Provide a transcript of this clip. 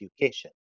Education